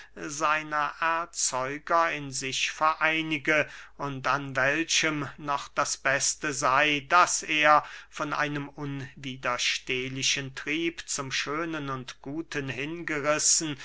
seiner erzeuger in sich vereinige und an welchem noch das beste sey daß er von einem unwiderstehlichen trieb zum schönen und guten hingerissen